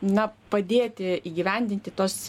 na padėti įgyvendinti tuos